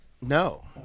no